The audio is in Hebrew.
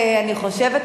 אני חושבת,